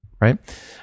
right